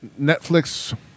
Netflix